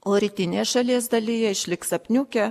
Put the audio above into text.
o rytinėje šalies dalyje išliks apniukę